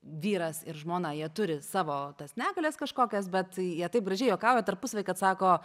vyras ir žmona jie turi savo tas negalias kažkokias bet jie taip gražiai juokauja tarpusavy kad sako